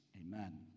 Amen